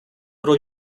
però